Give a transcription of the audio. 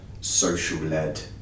social-led